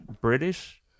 British